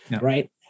right